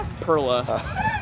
Perla